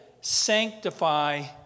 sanctify